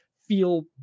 feel